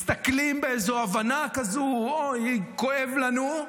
מסתכלים באיזו הבנה כזו: אוי, כואב לנו.